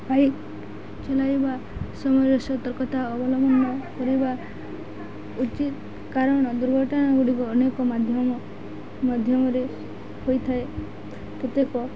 bike ଚଲାଇବା ସମୟରେ ସତର୍କତା ଅବଲମ୍ବନ କରିବା ଉଚିତ କାରଣ ଦୁର୍ଘଟଣା ଗୁଡ଼ିକ ଅନେକ ମାଧ୍ୟମ ମାଧ୍ୟମରେ ହୋଇଥାଏ କେତେକ